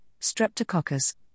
Streptococcus